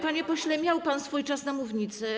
Panie pośle, miał pan swój czas na mównicy.